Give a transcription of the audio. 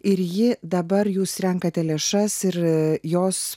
ir ji dabar jūs renkate lėšas ir jos